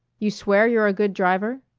you swear you're a good driver?